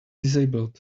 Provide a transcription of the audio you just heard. disabled